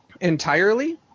entirely